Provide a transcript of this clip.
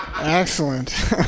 excellent